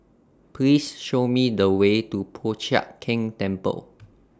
Please Show Me The Way to Po Chiak Keng Temple